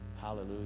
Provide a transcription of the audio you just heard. Hallelujah